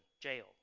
jail